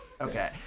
okay